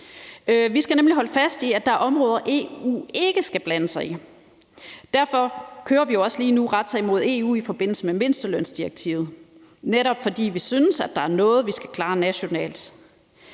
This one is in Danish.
Vi skal nemlig holde fast i, at der er områder, EU ikke skal blande sig i. Derfor kører vi jo også lige nu retssag imod EU i forbindelse med mindstelønsdirektivet. Det gør vi, netop fordi vi synes, at der er noget, vi skal klare nationalt.